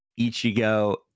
Ichigo